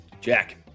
Jack